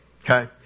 okay